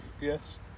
Yes